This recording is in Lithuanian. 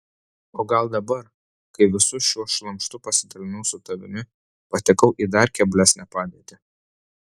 o gal dabar kai visu šiuo šlamštu pasidalinau su tavimi patekau į dar keblesnę padėtį